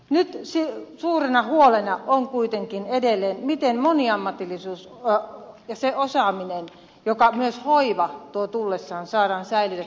nyt suurena huolena on kuitenkin edelleen miten se mitä moniammatillisuus ja se osaaminen myös hoiva tuovat tullessaan saadaan säilytettyä päivähoidossa